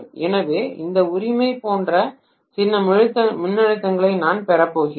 எனவே இந்த உரிமை போன்ற சில மின்னழுத்தங்களை நான் பெறப்போகிறேன்